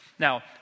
Now